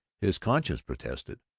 his conscience protested,